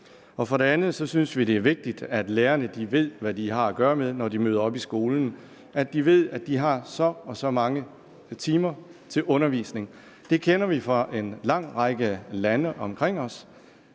For det andet synes vi, det er vigtigt, at lærerne ved, hvad de har at gøre med, når de møder op i skolen, altså at de ved, at de har så og så mange timer til undervisning. Det kender vi fra en lang række lande omkring os,